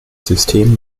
system